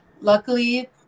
luckily